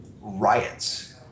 riots